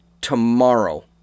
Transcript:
tomorrow